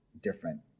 different